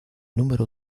número